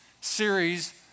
series